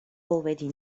already